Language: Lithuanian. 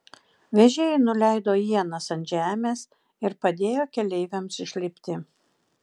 vežėjai nuleido ienas ant žemės ir padėjo keleiviams išlipti